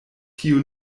tio